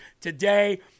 today